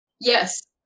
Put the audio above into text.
Yes